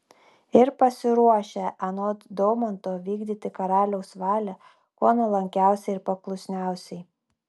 ir pasiruošę anot daumanto vykdyti karaliaus valią kuo nuolankiausiai ir paklusniausiai